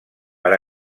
per